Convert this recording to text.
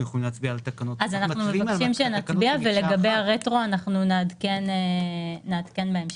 אנחנו מבקשים שנצביע ולגבי הרטרו אנחנו נעדכן בהמשך.